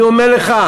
אני אומר לך,